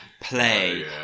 play